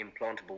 implantable